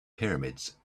pyramids